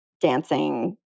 dancing